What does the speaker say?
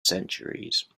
centuries